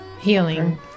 Healing